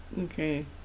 Okay